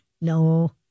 No